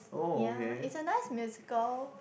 yea is a nice musical